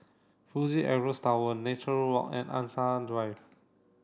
Fuji Xerox Tower Nature Walk and Angsana Drive